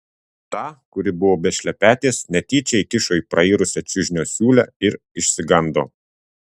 tą kuri buvo be šlepetės netyčia įkišo į prairusią čiužinio siūlę ir išsigando